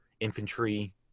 infantry